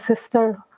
sister